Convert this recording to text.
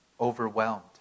overwhelmed